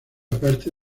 parte